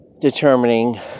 determining